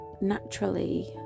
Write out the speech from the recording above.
Naturally